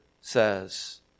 says